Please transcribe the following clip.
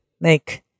make